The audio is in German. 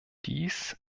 dies